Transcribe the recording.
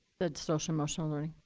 the social emotional learning?